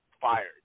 fired